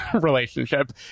relationship